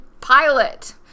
pilot